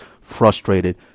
frustrated